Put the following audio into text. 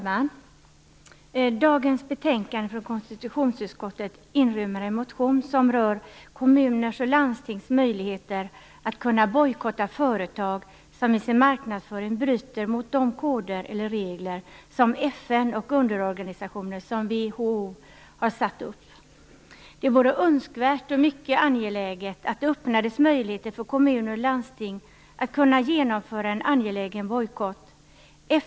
Fru talman! I detta betänkande från konstitutionsutskottet behandlas en motion som rör kommuners och landstings möjligheter att bojkotta företag som med sin marknadsföring bryter mot de regler FN och underorganisationer som WHO har satt upp. Det vore önskvärt och mycket angeläget att det öppnades möjligheter för kommuner och landsting att genomföra en angelägen bojkott.